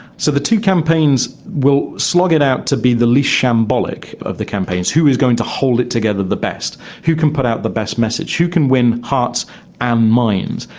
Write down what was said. so the two campaigns will slog it out to be the least shambolic of the campaigns who is going to hold it together the best, who can put out the best message, who can win hearts and minds?